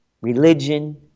religion